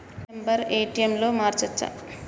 Pin number ATM లో మార్చచ్చా?